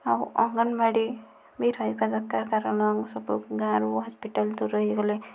ଆଉ ଅଙ୍ଗନବାଡ଼ି ବି ରହିବା ଦରକାର କାରଣ ସବୁ ଗାଁରୁ ହସ୍ପିଟାଲ ଦୂର ହୋଇଗଲେ